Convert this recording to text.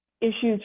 issues